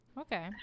Okay